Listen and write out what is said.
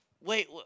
wait